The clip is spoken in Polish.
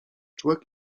człek